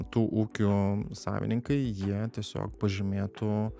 tų ūkių savininkai jie tiesiog pažymėtų